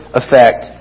effect